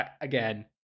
again